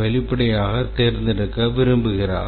வெளிப்படையாக தேர்ந்தெடுக்க விரும்புகிறார்